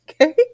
okay